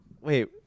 Wait